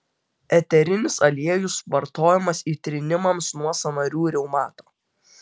eterinis aliejus vartojamas įtrynimams nuo sąnarių reumato